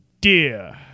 Dear